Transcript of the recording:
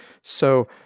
So-